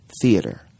theater